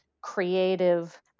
creative